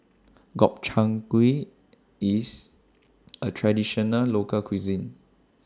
Gobchang Gui IS A Traditional Local Cuisine